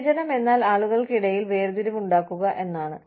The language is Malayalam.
വിവേചനം എന്നാൽ ആളുകൾക്കിടയിൽ വേർതിരിവ് ഉണ്ടാക്കുക എന്നാണ്